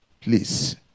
please